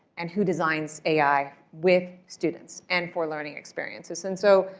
and who designs ai with students and for learning experiences? and so,